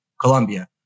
Colombia